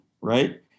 right